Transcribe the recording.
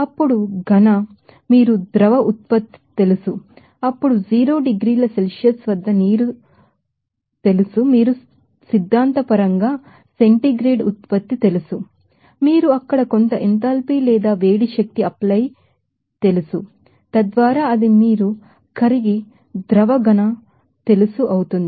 అప్పుడు సాలిడ్ మీరు ద్రవ ఉత్పత్తి తెలుసు అప్పుడు 0 డిగ్రీల సెల్సియస్ వద్ద నీరు తెలుసు మీరు సిద్ధాంతపరంగా సెంటీగ్రేడ్ ఉత్పత్తి తెలుసు మీరు అక్కడ కొంత ఎంథాల్పీ లేదా వేడి శక్తి అప్లై తెలుసు తద్వారా అది మీరు కరిగి ద్రవ ఘన తెలుసు అవుతుంది